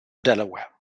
delaware